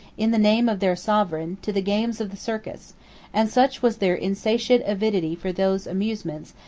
in the name of their sovereign, to the games of the circus and such was their insatiate avidity for those amusements,